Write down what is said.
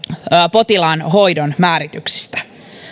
potilaan hoidon määrityksistä